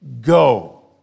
Go